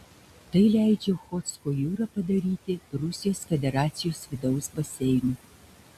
tai leidžia ochotsko jūrą padaryti rusijos federacijos vidaus baseinu